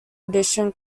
edition